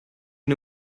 bin